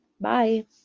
bye